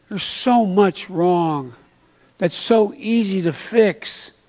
so much wrong that's so easy to fix.